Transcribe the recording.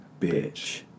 bitch